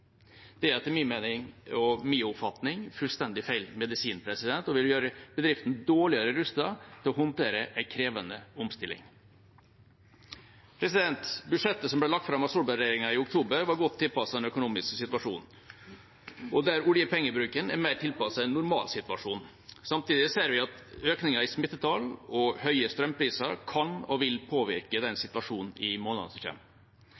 Det er etter min mening og min oppfatning fullstendig feil medisin og vil gjøre bedriftene dårligere rustet til å håndtere en krevende omstilling. Budsjettet som ble lagt fram av Solberg-regjeringa i oktober, var godt tilpasset den økonomiske situasjonen, og oljepengebruken er mer tilpasset en normal situasjon. Samtidig ser vi at økningen i smittetall og høye strømpriser kan og vil påvirke den